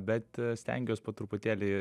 bet stengiuos po truputėlį